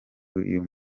uyu